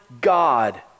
God